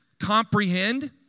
comprehend